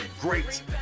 great